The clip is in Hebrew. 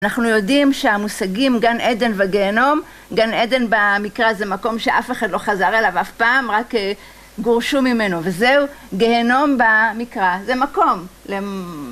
אנחנו יודעים שהמושגים גן עדן וגיהנום - גן עדן במקרא זה מקום שאף אחד לא חזר אליו אף פעם, רק גורשו ממנו, וזהו. גיהנום במקרא זה מקום